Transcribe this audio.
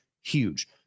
Huge